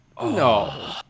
No